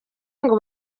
ngo